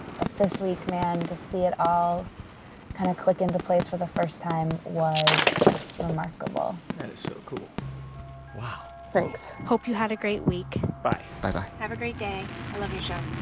but this week, man, to see it all kind of click into place for the first time was just remarkable that is so cool wow thanks hope you had a great week bye bye, bye have a great day. i love your show